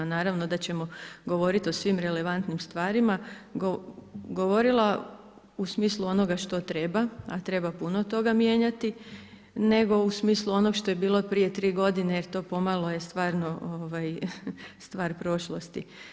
Naravno da ćemo govoriti o svim relevantnim stvarima, govorila u smislu onoga što treba a treba puno toga mijenjati nego u smislu onog što je bilo od prije tri godine jer to pomalo je stvarno stvar prošlosti.